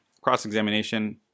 cross-examination